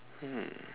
hmm